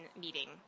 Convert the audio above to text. meeting